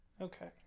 Okay